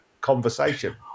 conversation